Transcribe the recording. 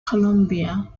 columbia